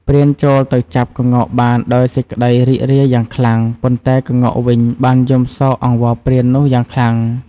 ព្រានចូលទៅចាប់ក្ងោកបានដោយសេចក្ដីរីករាយយ៉ាងខ្លាំង ប៉ុន្តែក្ងោកវិញបានយំសោកអង្វរព្រាននោះយ៉ាងខ្លាំង។